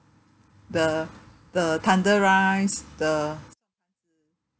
the the thunder rice the